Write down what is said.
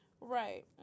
right